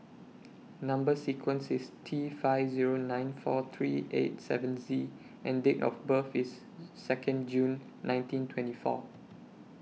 Number sequence IS T five Zero nine four three eight seven Z and Date of birth IS Second June nineteen twenty four